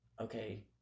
okay